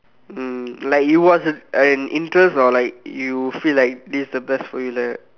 um like it was a an interest or like you feel like this is the best for you like that